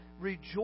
rejoice